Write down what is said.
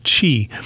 chi